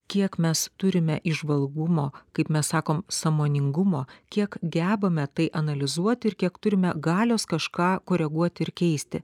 kiek mes turime įžvalgumo kaip mes sakom sąmoningumo kiek gebame tai analizuoti ir kiek turime galios kažką koreguoti ir keisti